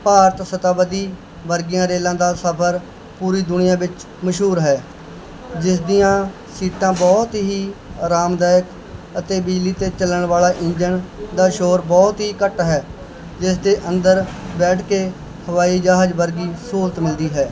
ਭਾਰਤ ਸ਼ਤਾਬਦੀ ਵਰਗੀਆਂ ਰੇਲਾਂ ਦਾ ਸਫ਼ਰ ਪੂਰੀ ਦੁਨੀਆਂ ਵਿੱਚ ਮਸ਼ਹੂਰ ਹੈ ਜਿਸ ਦੀਆਂ ਸੀਟਾਂ ਬਹੁਤ ਹੀ ਅਰਾਮਦਾਇਕ ਅਤੇ ਬਿਜਲੀ 'ਤੇ ਚੱਲਣ ਵਾਲਾ ਇੰਜਨ ਦਾ ਸ਼ੋਰ ਬਹੁਤ ਹੀ ਘੱਟ ਹੈ ਜਿਸ ਦੇ ਅੰਦਰ ਬੈਠ ਕੇ ਹਵਾਈ ਜਹਾਜ਼ ਵਰਗੀ ਸਹੂਲਤ ਮਿਲਦੀ ਹੈ